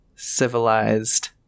civilized